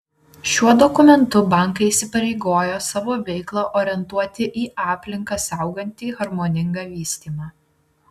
šiuo dokumentu bankai įsipareigojo savo veiklą orientuoti į aplinką saugantį harmoningą vystymą